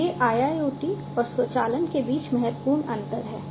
ये IIoT और स्वचालन के बीच महत्वपूर्ण अंतर हैं